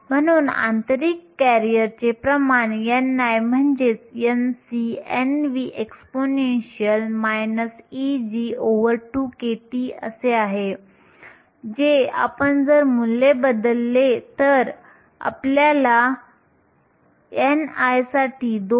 म्हणून आंतरिक करिअरचे प्रमाण ni म्हणजे Nc Nv exp Eg2kT आहे जे आपण जर मूल्ये बदलले तर आपल्याला ni साठी 2